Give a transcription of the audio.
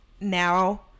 now